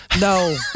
No